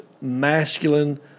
masculine